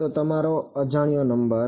તો તમારો અજાણ્યો નંબર